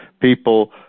people